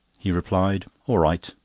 he replied all right,